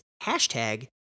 hashtag